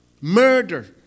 murder